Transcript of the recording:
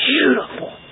beautiful